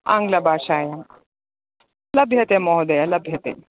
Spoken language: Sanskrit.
आङ्ग्लभाषायां लभ्यते महोदय लभ्यते